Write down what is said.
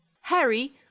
Harry